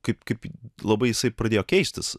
kaip kaip labai jisai pradėjo keistis